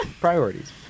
Priorities